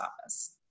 Office